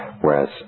Whereas